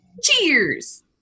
Cheers